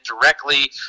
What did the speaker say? directly